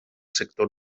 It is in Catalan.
sector